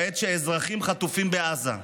בעת שאזרחים חטופים בעזה,